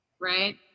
Right